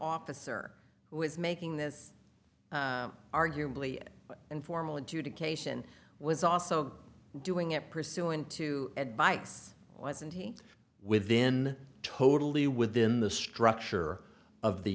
officer who is making this arguably informal into to cation was also doing it pursuant to advice wasn't he within totally within the structure of the